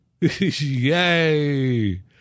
Yay